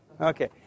Okay